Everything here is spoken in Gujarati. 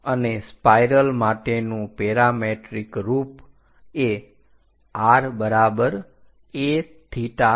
અને સ્પાઇરલ માટેનું પેરામેટ્રિક રૂપ એ r a𝜃 છે